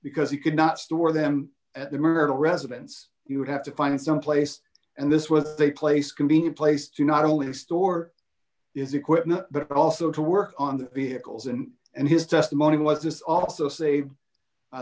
because he could not store them at the myrtle residence you would have to find some place and this with a place convenient place to not only store is equipment but also to work on the vehicles and and his testimony was this also save